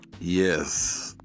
Yes